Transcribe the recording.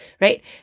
right